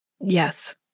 Yes